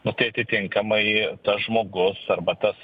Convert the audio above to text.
nu tai atitinkamai tas žmogus arba tas